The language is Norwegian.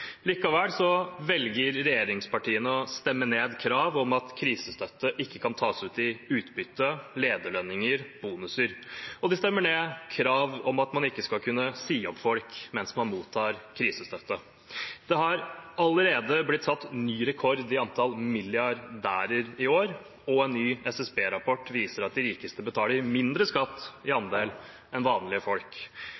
Likevel velger regjeringspartiene å stemme ned krav om at krisestøtte ikke kan tas ut i utbytte, lederlønninger og bonuser. De stemmer også ned krav om at man ikke skal kunne si opp folk mens man mottar krisestøtte. Det har allerede blitt satt ny rekord i antall milliardærer i år, og en ny SSB-rapport viser at de rikeste betaler en mindre andel i